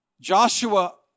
Joshua